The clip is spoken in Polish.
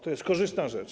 To jest korzystna rzecz.